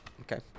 Okay